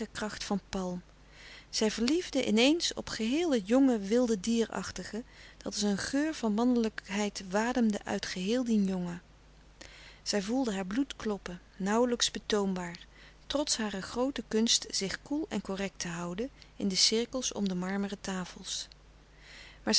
tijgerkracht van palm zij verliefde in eens op geheel het jonge wilde dierachtige dat als een geur van mannelijkheid wademde uit geheel dien jongen zij voelde haar bloed kloppen nauwlijks betoombaar trots hare groote kunst zich koel en correct te houden in de cirkels om de marmeren tafels